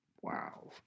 Wow